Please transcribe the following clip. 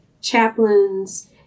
chaplains